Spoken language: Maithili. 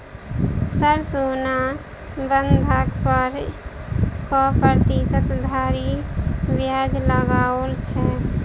सर सोना बंधक पर कऽ प्रतिशत धरि ब्याज लगाओल छैय?